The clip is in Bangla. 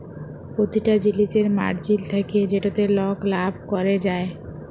পতিটা জিলিসের মার্জিল থ্যাকে যেটতে লক লাভ ক্যরে যায়